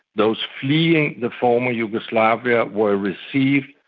those fleeing the former yugoslavia were received,